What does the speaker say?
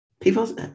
people